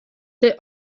they